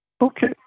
Okay